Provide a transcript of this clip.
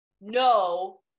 no